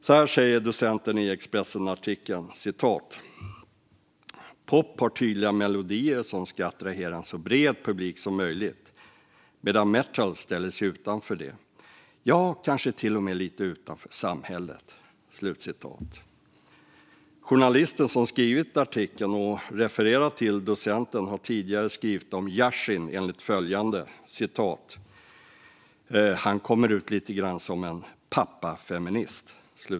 Så här säger docenten i Expressenartikeln: "Pop har tydliga melodier som ska attrahera en så bred publik som möjligt medan metal ställer sig utanför det, kanske till och med lite utanför samhället." Journalisten som skrivit artikeln och refererar till docenten har tidigare uttalat sig om Yasin enligt följande: "Han kommer ut lite grann som en pappafeminist."